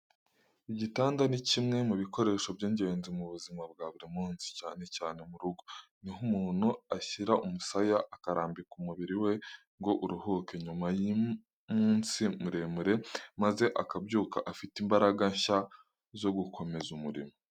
Igitanda ni kimwe mu bikoresho by’ingenzi mu buzima bwa buri munsi, cyane cyane mu rugo. Niho umuntu ashyira umusaya, akarambika umubiri we ngo uruhuke nyuma y’umunsi muremure maze akabyuka afite imbaraga nshya zo gukomeza umurimo.